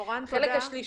מורן, תודה.